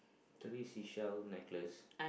three seashell necklace